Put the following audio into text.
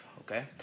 okay